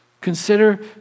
Consider